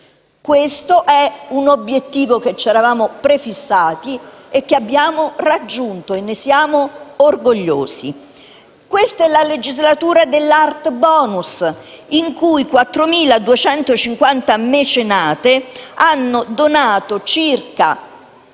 questo un obiettivo che ci eravamo prefissati e abbiamo raggiunto, e di cui siamo orgogliosi. Questa è la legislatura dell'*art* *bonus*, in cui 4.250 mecenati hanno donato circa